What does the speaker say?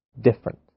different